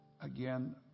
again